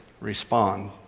Respond